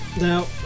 Now